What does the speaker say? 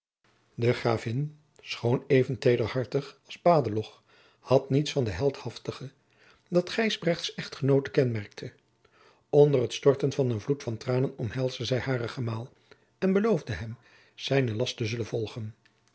de gravin schoon even tederhartig als badeloch had niets van het heldhaftige dat gysbrechts echtgenoote kenmerkte onder het storten van een vloed van tranen omhelsde zij haren gemaal en beloofde hem zijne last te zullen volgen